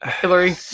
Hillary